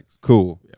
Cool